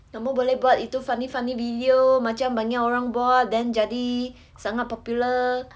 kamu boleh buat itu funny funny video macam banyak orang buat then jadi sangat popular